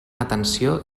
atenció